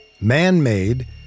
man-made